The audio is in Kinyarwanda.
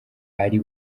ari